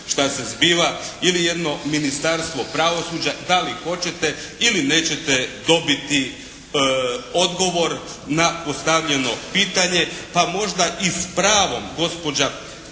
šta se zbiva. Ili jedno Ministarstvo pravosuđa, da li hoćete ili nećete dobiti odgovor na postavljeno pitanje pa možda i s pravom gospođa